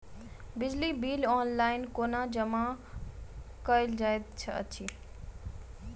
बिजली bill online कोना जमा कएल जाइत अछि?